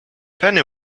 penny